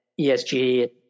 ESG